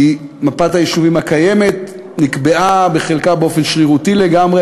כי מפת היישובים הקיימת נקבעה בחלקה באופן שרירותי לגמרי,